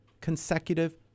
consecutive